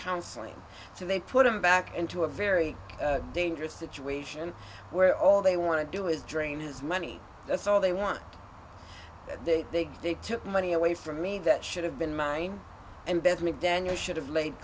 counselling so they put him back into a very dangerous situation where all they want to do is dream his money that's all they want they big they took money away from me that should have been mine and beth mcdaniel should have laid